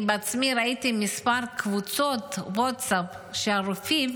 אני עצמי ראיתי כמה קבוצות ווטסאפ שרופאים